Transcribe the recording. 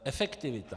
Efektivita.